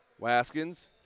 Waskins